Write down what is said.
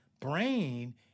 brain